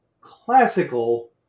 classical